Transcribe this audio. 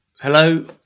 hello